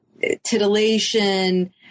titillation